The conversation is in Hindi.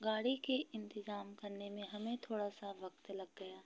गाड़ी के इंतज़ाम करने में हमें थोड़ा सा वक़्त लग गया